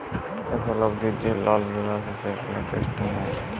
এখুল অবদি যে লল গুলা আসে সেগুলার স্টেটমেন্ট